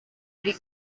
ari